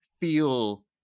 feel